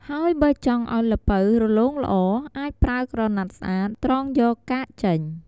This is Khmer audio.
ហើយបើចង់ឲ្យទឹកល្ពៅរលោងល្អ អាចប្រើក្រណាត់ស្អាត ឬសំពាធល្អិតត្រងយកកាកចេញ។